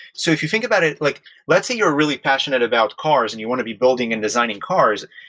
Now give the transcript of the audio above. so if you think about it, like let's say you're really passionate about cars and you want to be building and designing cars,